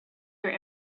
your